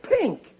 pink